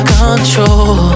control